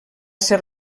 ser